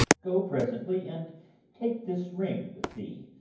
go presently, and take this ring with thee,